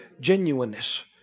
Genuineness